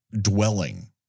dwelling